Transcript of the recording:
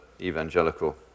evangelical